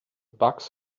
bucks